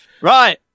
Right